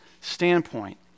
standpoint